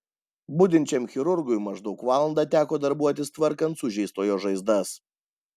budinčiam chirurgui maždaug valandą teko darbuotis tvarkant sužeistojo žaizdas